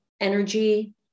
energy